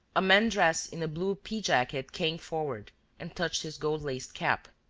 a man dressed in a blue pea-jacket came forward and touched his gold-laced cap.